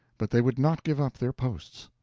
but they would not give up their posts.